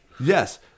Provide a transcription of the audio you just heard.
Yes